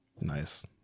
nice